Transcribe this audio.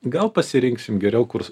gal pasirinksim geriau kur